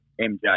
MJ